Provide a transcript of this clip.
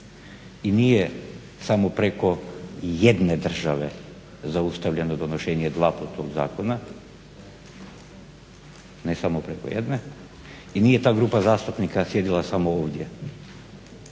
i nije samo preko jedne države zaustavljeno donošenje … zakona ne samo preko jedne i nije ta grupa zastupnika sjedila samo ovdje.